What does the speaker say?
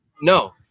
No